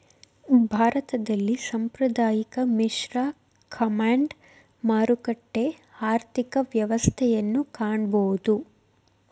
ಭಾರತದಲ್ಲಿ ಸಾಂಪ್ರದಾಯಿಕ, ಮಿಶ್ರ, ಕಮಾಂಡ್, ಮಾರುಕಟ್ಟೆ ಆರ್ಥಿಕ ವ್ಯವಸ್ಥೆಯನ್ನು ಕಾಣಬೋದು